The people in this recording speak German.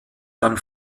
dann